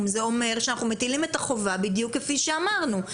אלא זה אומר שאנחנו מטילים את החובה בדיוק כפי שאמרנו.